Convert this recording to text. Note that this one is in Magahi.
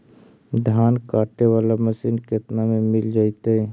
धान काटे वाला मशीन केतना में मिल जैतै?